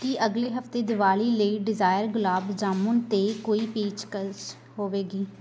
ਕੀ ਅਗਲੇ ਹਫ਼ਤੇ ਦੀਵਾਲੀ ਲਈ ਡਿਜ਼ਾਇਰ ਗੁਲਾਬ ਜਾਮੁਨ 'ਤੇ ਕੋਈ ਪੇਸ਼ਕਸ਼ ਹੋਵੇਗੀ